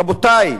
רבותי,